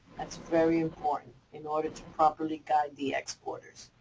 that's very important in order to properly guide the exporters.